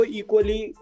equally